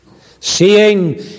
seeing